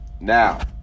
Now